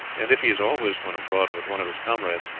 and if he is always when abroad with one of his comrades,